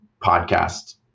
podcast